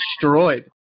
destroyed